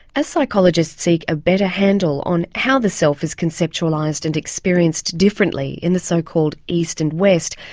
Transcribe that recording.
as psychologists seek a better handle on how the self is conceptualised and experienced differently in the so-called east and west,